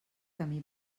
camí